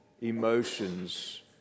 emotions